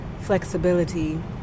flexibility